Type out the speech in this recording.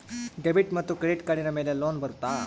Debit ಮತ್ತು credit ಕಾರ್ಡಿನ ಮೇಲೆ ಲೋನ್ ಬರುತ್ತಾ?